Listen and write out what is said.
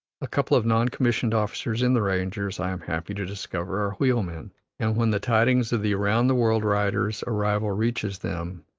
a couple of non-commissioned officers in the rangers, i am happy to discover, are wheelmen, and when the tidings of the around the world rider's arrival reaches them,